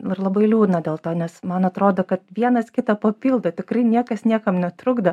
ir labai liūdna dėl to nes man atrodo kad vienas kitą papildo tikrai niekas niekam netrukdo